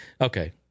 okay